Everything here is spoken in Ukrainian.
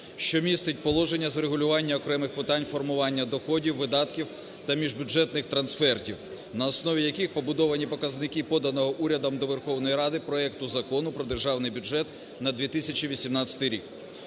що містить положення з врегулювання окремих питань формування доходів, видатків та міжбюджетних трансфертів, на основі яких побудовані показники, поданого урядом до Верховної Ради, проекту Закону "Про Державний бюджет на 2018 рік".